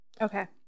Okay